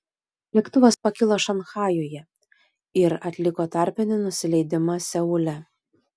lėktuvas pakilo šanchajuje ir atliko tarpinį nusileidimą seule